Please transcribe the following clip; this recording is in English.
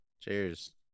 Cheers